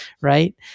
right